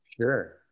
Sure